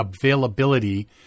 availability